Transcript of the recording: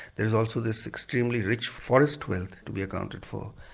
there's also this extremely rich forest wealth to be accounted for.